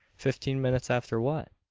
fifteen minutes after what?